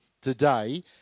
today